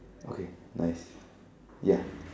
okay nice ya